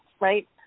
right